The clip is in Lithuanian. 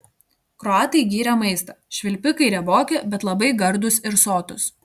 kroatai gyrė maistą švilpikai rieboki bet labai gardūs ir sotūs